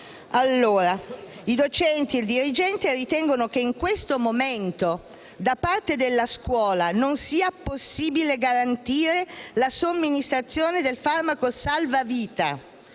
«I docenti e il dirigente ritengono che in questo momento da parte della scuola non sia possibile garantire la somministrazione del farmaco salvavita